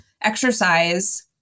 exercise